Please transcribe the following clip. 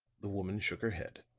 the woman shook her head.